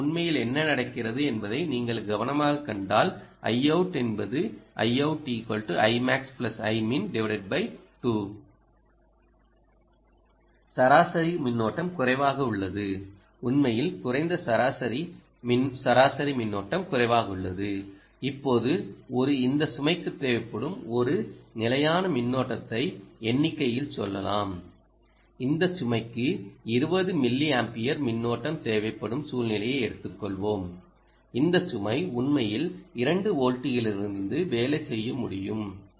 எனவே உண்மையில் என்ன நடக்கிறது என்பதை நீங்கள் கவனமாகக் கண்டால் Iout என்பது சராசரி மின்னோட்டம் குறைவாக உள்ளது உண்மையில் குறைந்த சராசரி சராசரி மின்னோட்டம் குறைவாக உள்ளது இப்போது ஒரு இந்த சுமைக்குத் தேவைப்படும் ஒரு நிலையான மின்னோட்டத்தை எண்ணிக்கையில் சொல்லலாம் இந்த சுமைக்கு 20 மில்லியம்பியர் மின்னோட்டம் தேவைப்படும் சூழ்நிலையை எடுத்துக்கொள்வோம் இந்த சுமை உண்மையில் 2 வோல்ட்டுகளிலிருந்து வேலை செய்ய முடியும்